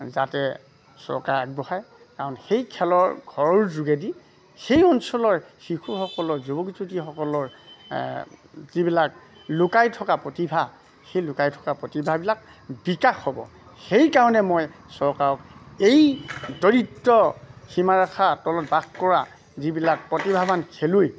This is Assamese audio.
যাতে চৰকাৰে আগবঢ়ায় কাৰণ সেই খেলৰ ঘৰৰ যোগেদি সেই অঞ্চলৰ শিশুসকলৰ যুৱক যুৱতীসকলৰ যিবিলাক লুকাই থকা প্ৰতিভা সেই লুকাই থকা প্ৰতিভাবিলাক বিকাশ হ'ব সেইকাৰণে মই চৰকাৰক এই দৰিদ্ৰ সীমা ৰেখা তলত বাস কৰা যিবিলাক প্ৰতিভাৱান খেলুৱৈ